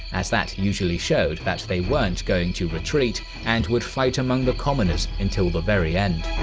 as that usually showed that they weren't going to retreat and would fight among the commoners until the very end.